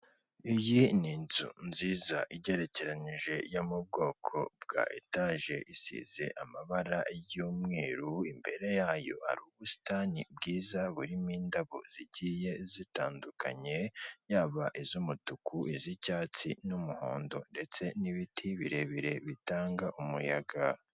Iyi ni inzu nziza igerekeranyije, yo mu bwoko bwa etaje, isize amabara y'umweru, imbere yayo hari ubusitani bwiza burimo indabo zigiye zitandukanye, yaba iz'umutuku, iz'icyatsi, n'umuhondo, ndetse n'ibiti birebire bitanga umuyaga.